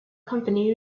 company